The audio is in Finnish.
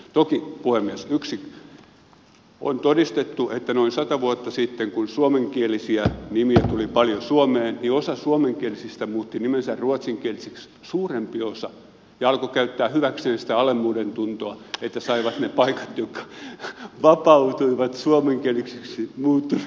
toki puhemies on todistettu että noin sata vuotta sitten kun suomenkielisiä nimiä tuli paljon suomeen osa suomenkielisistä muutti nimensä ruotsinkielisiksi suurempi osa ja alkoi käyttää hyväkseen sitä alemmuudentuntoa että saivat ne paikat jotka vapautuivat suomenkielisiksi muuttuneilta nimiltä